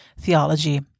theology